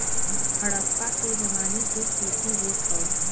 हड़प्पा के जमाने से खेती होत हौ